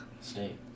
state